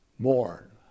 Mourn